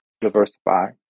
diversify